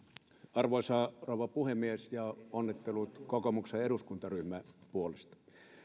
arvoisa rouva puhemies onnittelut kokoomuksen eduskuntaryhmän puolesta